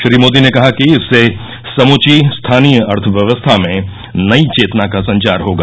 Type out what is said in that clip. श्री मोदी ने कहा कि इससे समुची स्थानीय अर्थव्यवस्था में नई चेतना का संचार होगा